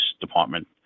Department